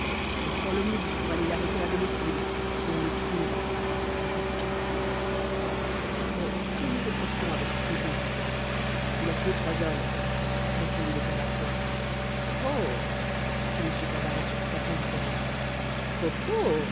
on prend l'omnibus pour aller l'arrêter à domicile et on le trouve ça fait pitié mais que lui reproche t on à votre prévenu il a tué trois hommes répondit le père absinthe oh fit m tabaret sur trois tons différents